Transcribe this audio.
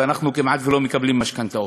ואנחנו כמעט לא מקבלים משכנתאות.